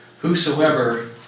whosoever